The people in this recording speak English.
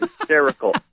hysterical